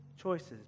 choices